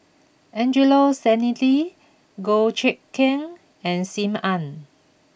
Angelo Sanelli Goh Eck Kheng and Sim Ann